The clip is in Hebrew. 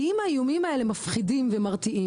כי אם האיומים האלה מפחידים ומרתיעים,